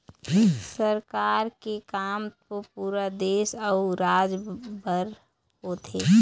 सरकार के काम तो पुरा देश अउ राज बर होथे